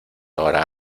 hora